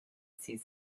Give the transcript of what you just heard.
sees